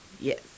Yes